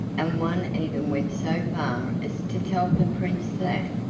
and one even went so far as to tell the prince that,